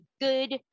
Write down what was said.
good